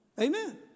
Amen